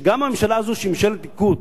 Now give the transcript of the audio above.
שגם הממשלה הזאת, שהיא ממשלת ליכוד,